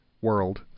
world